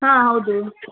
ಹಾಂ ಹೌದು